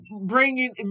bringing